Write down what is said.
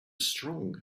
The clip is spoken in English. strong